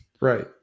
Right